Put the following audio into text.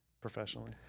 professionally